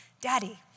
Daddy